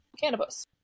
Cannabis